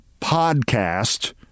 podcast